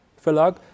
Verlag